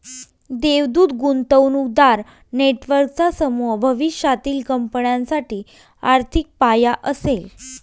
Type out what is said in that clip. देवदूत गुंतवणूकदार नेटवर्कचा समूह भविष्यातील कंपन्यांसाठी आर्थिक पाया असेल